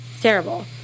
Terrible